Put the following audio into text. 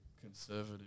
conservative